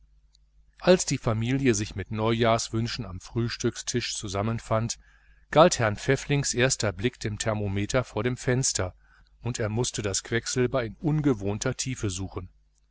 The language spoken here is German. als die familie sich mit neujahrswünschen am frühstückstisch zusammenfand galt herrn pfäfflings erster blick dem thermometer vor dem fenster und er mußte das quecksilber in ungewohnter tiefe suchen